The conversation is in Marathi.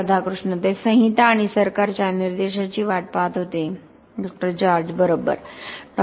राधाकृष्ण ते संहिता आणि सरकारच्या निर्देशाची वाट पाहत होते डॉ जॉर्ज बरोबर डॉ